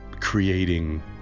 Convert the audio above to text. creating